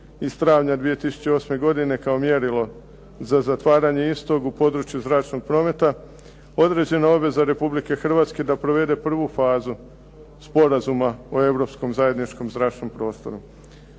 iz travnja 2008. godine kao mjerilo za zatvaranje istog u području zračnog prometa, određena obveza Republike Hrvatske da provede prvu fazu Sporazuma o europskom zajedničkom zračnom prostoru.